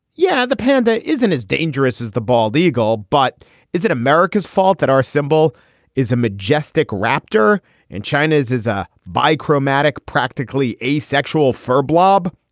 yeah, the panda isn't as dangerous as the bald eagle. but is it america's fault that our symbol is a majestic raptor and china's is a by chromatic, practically asexual fur blob?